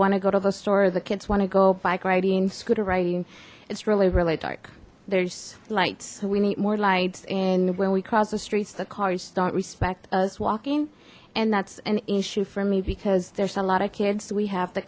want to go to the store the kids want to go bike riding scooter riding it's really really dark there's lights we need more lights and when we cross the streets the cars don't respect us walking and that's an issue for me because there's a lot of kids we have the